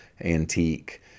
antique